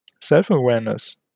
self-awareness